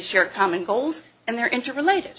share common goals and they're into related